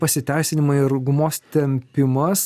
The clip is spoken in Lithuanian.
pasiteisinimai ir gumos tempimas